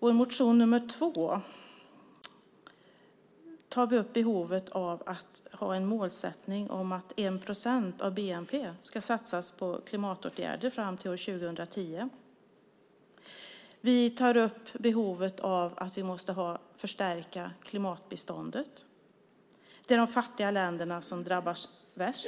I reservation 2 föreslår vi att 1 procent av bnp satsas på klimatåtgärder fram till år 2010 och att klimatbiståndet till de fattiga länder som drabbas värst